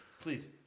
Please